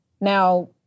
Now